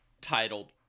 titled